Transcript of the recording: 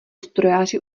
strojaři